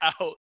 out